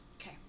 Okay